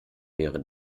wäre